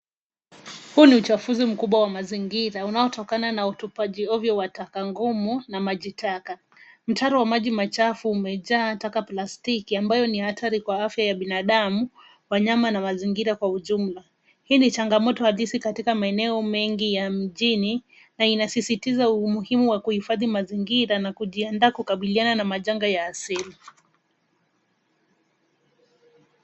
Huu ni uchafuzi mkubwa wa mazingira unaotokana na utupaji ovyo wa taka ngumu na majitaka. Mtaro wa maji machafu umejaa taka plastiki ambayo ni hatari kwa afya ya binadamu, wanyama na mazingira kwa ujumla. Hii ni changamoto halisi katika maeneo mengi ya mjini na inasisitiza umuhimu wa kuhifadhi mazingira na kujiandaa kukabiliana na majanga ya asili.